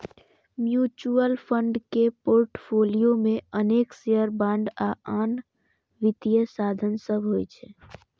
mutual fund के portfolio मे अनेक शेयर, बांड आ आन वित्तीय साधन सभ होइ छै